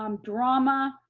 um drama,